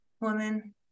Woman